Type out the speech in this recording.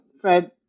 Fred